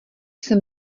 jsem